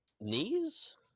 Knees